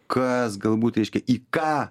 kas galbūt reiškia į ką